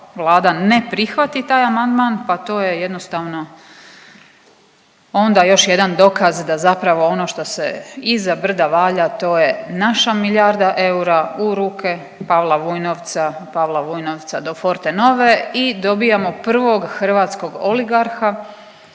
ne prihvati taj amandman, pa to je jednostavno onda još jedan dokaz da zapravo ono što se iza brda valja to je naša milijarda eura u ruke Pavla Vujnovca, Pavla Vujnovca do Fortenove i dobijamo prvog hrvatskog oligarha,